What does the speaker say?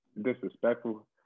disrespectful